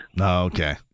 okay